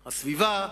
הסביבה,